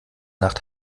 nacht